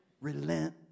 relent